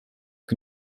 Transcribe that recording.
que